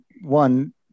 one